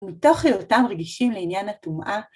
מתוך היותם רגישים לעניין הטומאה.